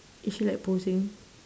is she like posing